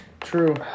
True